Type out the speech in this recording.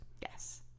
Yes